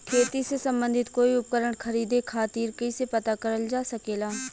खेती से सम्बन्धित कोई उपकरण खरीदे खातीर कइसे पता करल जा सकेला?